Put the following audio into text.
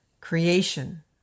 creation